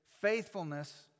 faithfulness